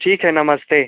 ठीक है नमस्ते